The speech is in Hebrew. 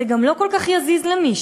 זה גם לא כל כך יזיז למישהו.